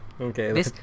Okay